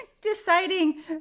Deciding